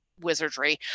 wizardry